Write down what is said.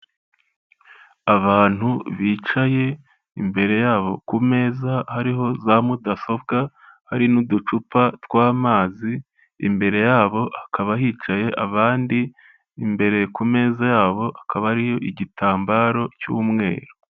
Abantu bicaye, imbere yabo ku meza hariho za mudasobwa hari n'uducupa tw'amazi, imbere yabo hakaba hicaye abandi, imbere ku meza yaho hakaba hariyo igitambaro cy'umweru.